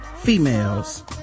females